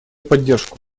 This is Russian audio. поддержку